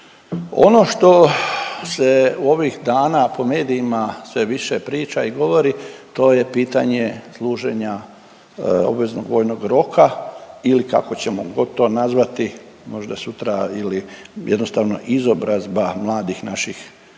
Ono što se ovih dana po medijima sve više priča i govori to je pitanje služenja obveznog vojnog roka ili kako ćemo god to nazvati, možda sutra ili jednostavno izobrazba mladih naših